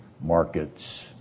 markets